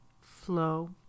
flow